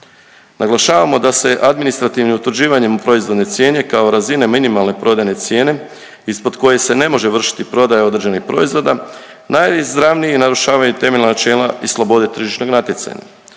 Naglašavamo da se administrativnim utvrđivanjem proizvodne cijene kao razine minimalne prodajne cijene ispod koje se ne može vršiti prodaja određenih proizvoda najizravnije narušavaju temeljna načela i slobode tržišnog natjecanja